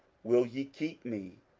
will je keep me,